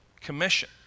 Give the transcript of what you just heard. commission